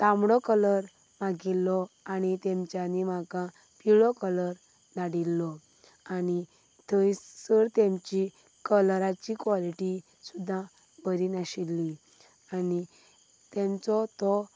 तांबडो कलर मागिल्लो आनी तेमच्यानी म्हाका पिवळो कलर धाडिल्लो आनी थंयसर तेंची कलराची कॉलिटी सुद्दां बरी नाशिल्ली आनी तेंचो तो